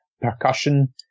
percussion